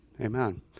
Amen